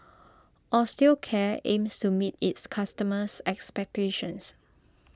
Osteocare aims to meet its customers' expectations